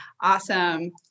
Awesome